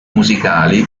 musicali